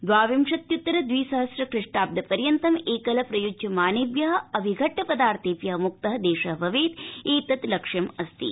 द्वाविंशत्युत्तर द्विसहम्र ख्रिष्टाब्द पर्यन्तं एकल प्रयुज्यामानेभ्य अभिघट्ट पदार्थेभ्यमुक्त देश भवेत् एतत् लक्ष्यम् अस्ति